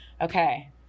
okay